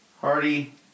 Hardy